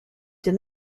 did